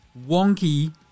wonky